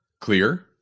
clear